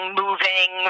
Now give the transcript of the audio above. moving